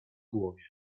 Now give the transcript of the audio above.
głowie